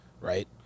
Right